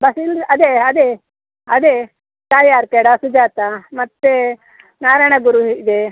ಬಸ್ಸಿಳಿದು ಅದೇ ಅದೇ ಅದೇ ಸಾಯಿ ಆರ್ಕೇಡ ಸುಜಾತ ಮತ್ತು ನಾರಾಯಣ ಗುರು ಇದೆ